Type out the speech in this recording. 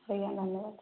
ହୋଇଗଲା ନା